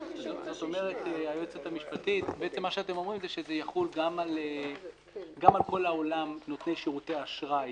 בעצם אתם אומרים שזה יחול גם על כל העולם של נותני שירותי אשראי